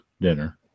dinner